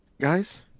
Guys